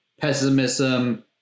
pessimism